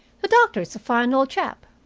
the doctor's a fine old chap,